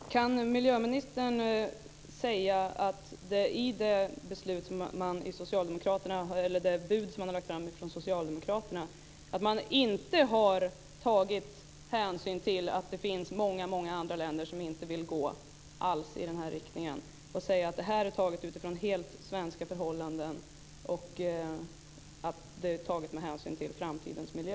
Fru talman! Kan miljöministern säga att man i det bud som Socialdemokraterna har lagt fram inte har tagit hänsyn till att det finns många andra länder som inte alls vill gå i den här riktningen och säga att det här är taget helt utifrån svenska förhållanden och med hänsyn till framtidens miljö?